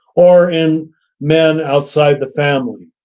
or in men outside the family,